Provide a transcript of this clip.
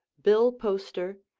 bill poster,